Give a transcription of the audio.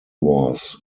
was